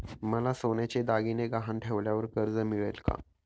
मला सोन्याचे दागिने गहाण ठेवल्यावर कर्ज मिळेल का?